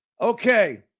Okay